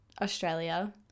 Australia